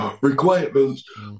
requirements